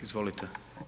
Izvolite.